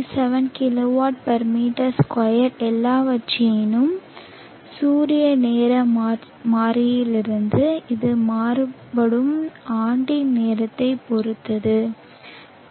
எவ்வாறாயினும் சூரிய நேர மாறியிலிருந்து இது மாறுபடும் ஆண்டின் நேரத்தைப் பொறுத்து